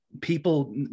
people